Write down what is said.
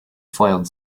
foiled